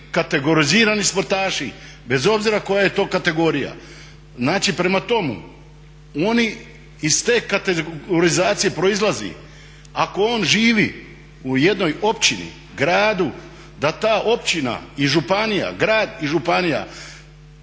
kategorizirani sportaši bez obzira koja je to kategorija. Znači prema tome, oni, iz te kategorizacije proizlazi ako on živi u jednoj općini, gradu, da ta općina i županija, grad i županija